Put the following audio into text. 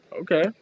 Okay